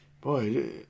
Boy